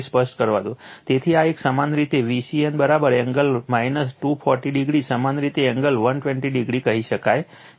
તેથી આ એક સમાન રીતે Vcn એંગલ 240 o સમાન રીતે એંગલ 120o કહી શકાય છે